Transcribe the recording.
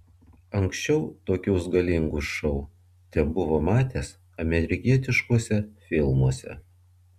anksčiau tokius galingus šou tebuvo matęs amerikietiškuose filmuose